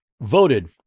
voted